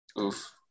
Oof